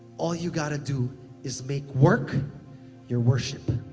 all you gotta do is make work your worship.